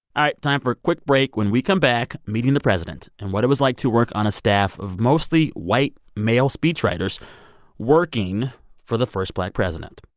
time for a quick break. when we come back, meeting the president and what it was like to work on a staff of mostly white male speechwriters working for the first black president